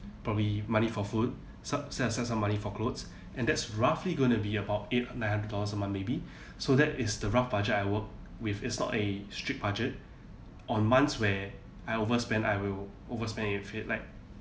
probably money for food some set aside some money for clothes and that's roughly gonna be about eight nine hundred dollars a month maybe so that is the rough budget I work with it's not a strict budget on months where I overspend I will overspend if it like